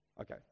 okay